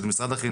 את משרד החינוך,